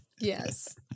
Yes